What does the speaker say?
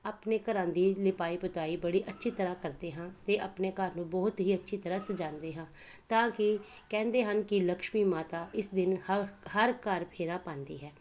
ਆਪਣੇ ਘਰਾਂ ਦੀ ਲੀਪਾਈ ਪੁਤਾਈ ਬੜੀ ਅੱਛੀ ਤਰ੍ਹਾਂ ਕਰਦੇ ਹਾਂ ਅਤੇ ਆਪਣੇ ਘਰ ਨੂੰ ਬਹੁਤ ਹੀ ਅੱਛੀ ਤਰ੍ਹਾਂ ਸਜਾਉਂਦੇ ਹਾਂ ਤਾਂ ਕਿ ਕਹਿੰਦੇ ਹਨ ਕਿ ਲਕਸ਼ਮੀ ਮਾਤਾ ਇਸ ਦਿਨ ਹ ਹਰ ਘਰ ਫੇਰਾ ਪਾਉਂਦੀ ਹੈ